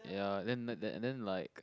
ya then and then like